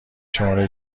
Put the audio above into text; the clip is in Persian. شماره